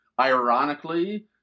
ironically